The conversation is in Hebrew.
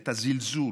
את הזלזול,